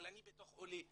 אבל אני בתור עולה,